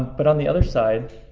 but on the other side,